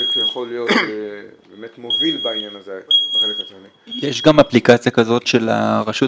להיות מוביל בעניין הזה -- יש גם אפליקציה כזאת של הרשות